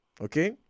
Okay